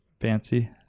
fancy